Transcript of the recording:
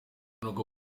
ikibazo